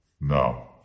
No